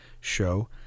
show